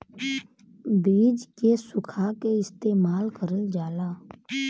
बीज के सुखा के इस्तेमाल करल जाला